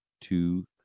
two